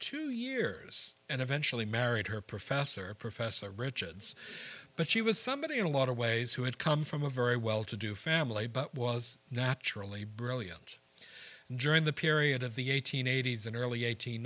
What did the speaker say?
two years and eventually married her professor professor richards but she was somebody in a lot of ways who had come from a very well to do family but was naturally brilliant during the period of the eight hundred and eighty s and early eight